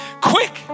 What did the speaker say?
quick